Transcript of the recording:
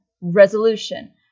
Resolution